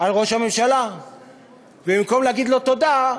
על ראש הממשלה ובמקום להגיד לו תודה,